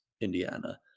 Indiana